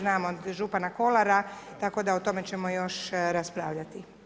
znam od župana Kolara, tako da o tome ćemo još raspravljati.